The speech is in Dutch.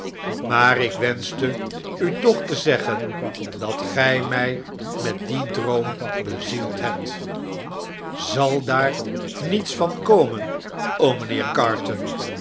maar ik wenschte u toch te zeggen dat gij mj met dien droom bezield hebt zal daar niets van komen mijnheer carton